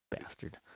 bastard